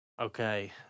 Okay